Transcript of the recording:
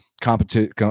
competition